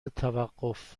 توقف